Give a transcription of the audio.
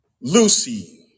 Lucy